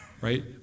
Right